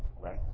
right